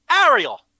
Ariel